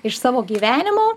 iš savo gyvenimo